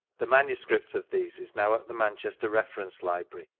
the manuscript of these is now at the manchester refeiience library,